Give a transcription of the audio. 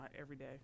everyday